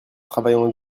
travaillant